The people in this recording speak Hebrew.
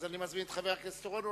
אז אני מזמין את חבר הכנסת חיים אורון,